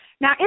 Now